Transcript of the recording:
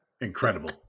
Incredible